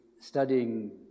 studying